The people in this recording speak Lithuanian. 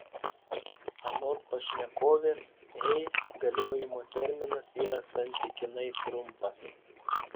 anot pašnekovės hey galiojimo terminas yra santykinai trumpas